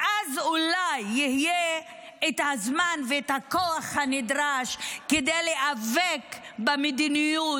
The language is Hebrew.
ואז אולי יהיה את הזמן ואת הכוח הנדרש כדי להיאבק במדיניות,